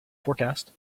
forecast